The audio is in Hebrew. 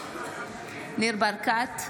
ניר ברקת,